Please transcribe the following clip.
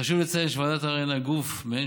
חשוב לציין שוועדת הערר היא גוף מעין